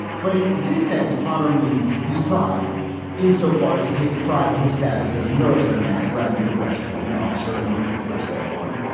but in this sense, honor means his pride in so far as he takes pride in his status as a military man, a graduate of west point, an officer in the hundred first airborne.